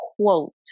quote